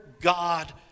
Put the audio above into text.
God